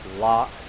lock